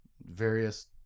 various